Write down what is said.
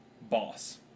boss